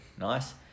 nice